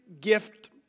gift